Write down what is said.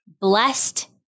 blessed